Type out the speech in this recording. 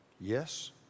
Yes